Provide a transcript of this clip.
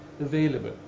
available